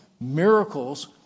miracles